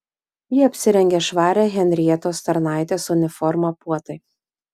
ji apsirengė švarią henrietos tarnaitės uniformą puotai